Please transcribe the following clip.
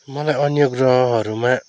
मलाई अन्य ग्रहहरूमा